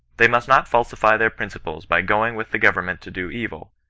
they must not falsify their principles by going with the government to do evil,